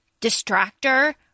distractor